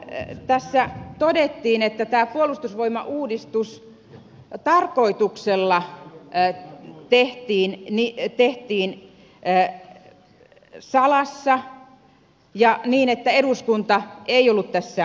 nythän tässä todettiin että puolustusvoimauudistus tarkoituksella tehtiin salassa ja niin että eduskunta ei ollut tässä mukana